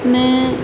میں